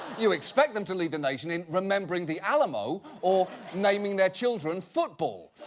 you expect them to lead the nation in remembering the alamo or naming their children football.